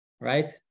right